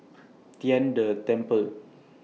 Tian De Temple